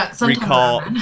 recall